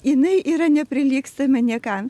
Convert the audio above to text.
jinai yra neprilygstama niekam